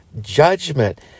judgment